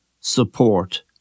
support